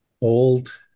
old